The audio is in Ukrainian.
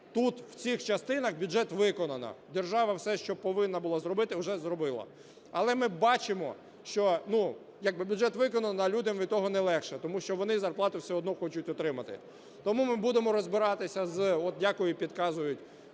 тут, в цих частинах, бюджет виконано. Держава все, що повинна була зробити, вже зробила. Але ми бачимо, що як би бюджет виконано, а людям від того не легше, тому що вони зарплату все одно хочуть отримати. Тому ми будемо розбиратися з… от, дякую, підказують,